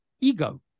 Ego